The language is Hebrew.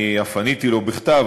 אני אף עניתי לו בכתב,